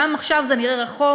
גם אם עכשיו זה נראה רחוק,